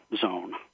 zone